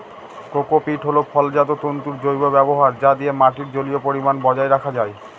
cocopeat হল ফলজাত তন্তুর জৈব ব্যবহার যা দিয়ে মাটির জলীয় পরিমান বজায় রাখা যায়